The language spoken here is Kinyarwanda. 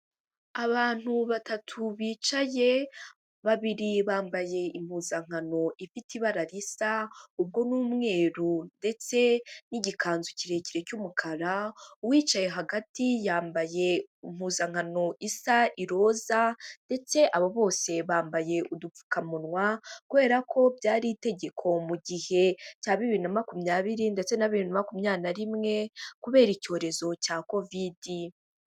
Abantu batatu bicaye, babiri bambaye impuzankano ifite ibara risa, ubwo ni umweru ndetse n'igikanzu kirekire cy'umukara, uwicaye hagati yambaye impuzankano isa iroza ndetse abo bose bambaye udupfukamunwa, kubera ko byari itegeko mu gihe cya bibiri na makumyabiri ndetse na bibiri na makumyabiri rimwe kubera icyorezo cya kovidi.